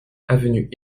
avenue